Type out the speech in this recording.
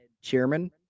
chairman